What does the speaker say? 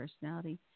personality